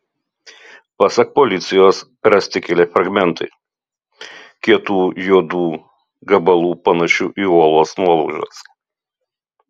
pasak policijos rasti keli fragmentai kietų juodų gabalų panašių į uolos nuolaužas